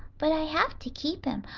but i have to keep him,